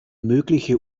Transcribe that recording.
mögliche